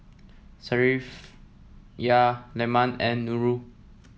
Safiya Leman and Nurul